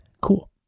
Cool